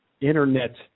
Internet